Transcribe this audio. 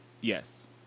Yes